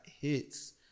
hits